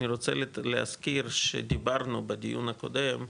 אני רוצה להזכיר שדיברנו בדיון הקודם,